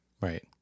right